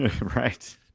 right